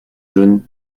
jaunes